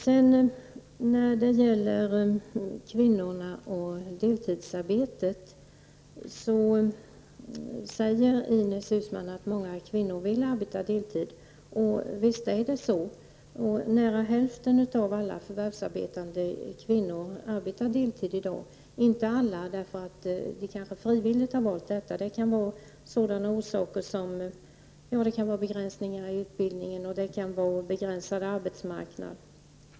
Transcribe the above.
I fråga om kvinnorna och deltidsarbetet säger Ines Uusmann att många kvinnor vill arbeta deltid. Visst är det så. Nära hälften av alla förvärvsarbetande kvinnor arbetar deltid i dag. Inte alla gör det för att de frivilligt har valt detta. Det kan bero på begränsningar i utbildningen eller på en begränsad arbetsmarknad.